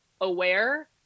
aware